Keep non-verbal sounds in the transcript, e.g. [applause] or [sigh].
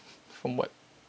[laughs] from what